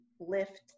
lift